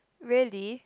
really